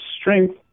strength